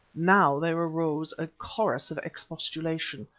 now there arose a chorus of expostulation.